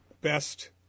best